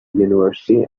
university